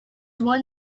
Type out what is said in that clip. one